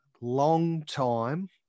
long-time